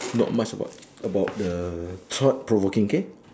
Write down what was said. not much about about the thought-provoking K